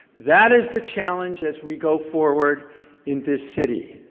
that is the challenge as we go forward in this city.